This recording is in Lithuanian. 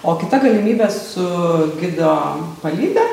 o kita galimybė su gido palyda